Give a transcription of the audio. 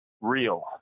real